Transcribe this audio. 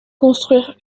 construire